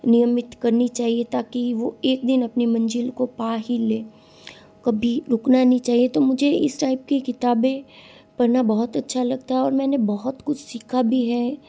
नियमित करनी चाहिए ताकि वह एक दिन अपनी मंजिल को पा ही ले कभी रुकना नहीं चाहिए तो मुझे इस टाइप की किताबें पढ़ना बहुत अच्छा लगता है और मैंने बहुत कुछ सीखा भी है